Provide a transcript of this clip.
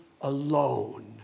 alone